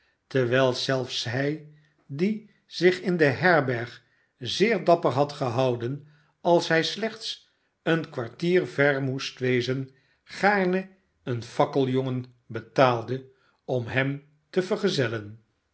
terwijl zelfs hij die zich in de herberg zeer dapper had gehouden als hij slechts een kwartier ver moest wezen gaarne een fakkeljongen betaalde om hem te vergezellen